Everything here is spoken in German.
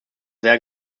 sehr